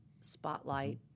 spotlight